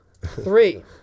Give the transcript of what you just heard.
Three